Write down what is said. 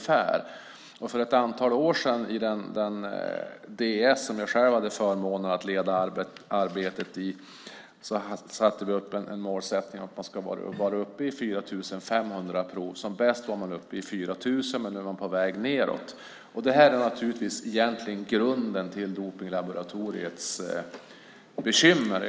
För ett antal år sedan satte vi i den Ds som jag själv hade förmånen att leda arbetet i upp en målsättning att man skulle vara uppe i 4 500 prov. Som bäst var man uppe i 4 000, men nu är man på väg nedåt. Det här är naturligtvis egentligen grunden till dopningslaboratoriets bekymmer.